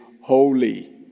holy